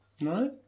No